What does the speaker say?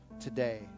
today